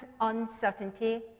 uncertainty